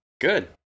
Good